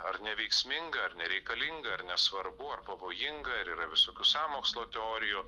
ar neveiksminga ar nereikalinga ar nesvarbu ar pavojinga ir yra visokių sąmokslo teorijų